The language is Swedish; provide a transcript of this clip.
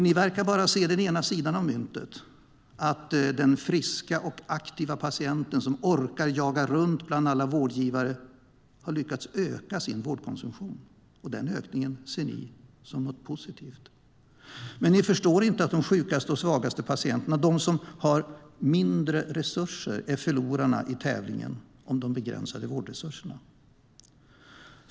Ni verkar bara se den ena sidan av myntet, att de friska och aktiva patienter som orkar jaga runt bland alla vårdgivare har lyckats öka sin vårdkonsumtion. Den ökningen ser ni som något positivt. Men ni förstår inte att de sjukaste och svagaste patienterna, som har mindre resurser, är förlorarna i tävlingen om de begränsade vårdresurserna.